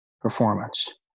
performance